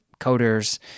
coders